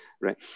right